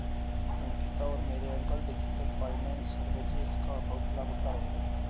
अंकिता और मेरे uncle digital finance services का बहुत लाभ उठा रहे हैं